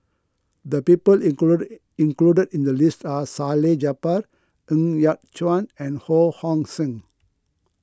the people included included in the list are Salleh Japar Ng Yat Chuan and Ho Hong Sing